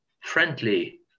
friendly